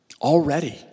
Already